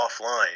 offline